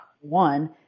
one